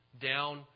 down